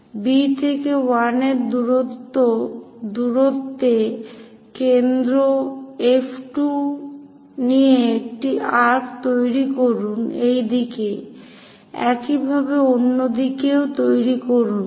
B থেকে 1 এর দূরত্বে কেন্দ্র F2 নিয়ে একটি আর্ক্ তৈরি করুন এইদিকে একইভাবে অন্যদিকে ও তৈরি করুন